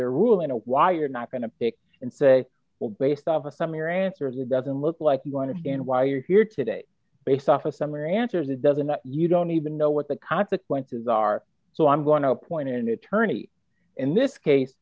their rule in a while you're not going to take and say well based off of some your answers it doesn't look like you understand why you're here today based off a summary answers it doesn't you don't even know d what the consequences are so i'm going to appoint an attorney in this case